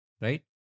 right